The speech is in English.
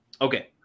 Okay